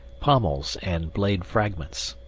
pommels, and blade fragments.